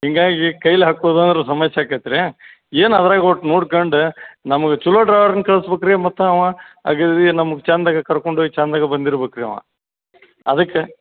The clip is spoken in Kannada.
ಹಿಂಗಾಗಿ ಈ ಕೈಲಿ ಹಾಕೋದು ಅಂದ್ರೆ ಸಮಸ್ಯೆ ಆಗತ್ರೀ ಏನು ಅದ್ರಾಗ ಒಟ್ಟು ನೋಡ್ಕಂಡು ನಮ್ಗೆ ಚಲೋ ಡ್ರೈವರನ್ನು ಕಳ್ಸ್ಬೇಕ್ ರೀ ಮತ್ತು ಅವ ಅಗದಿ ನಮಗೆ ಚಂದಾಗಿ ಕರ್ಕೊಂಡು ಹೋಗಿ ಚಂದಾಗಿ ಬಂದಿರ್ಬೇಕು ರೀ ಅವ ಅದಕ್ಕೆ